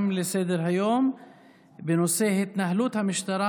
אני קובע שההצעה לסדר-היום בנושא: מאבק המטפלות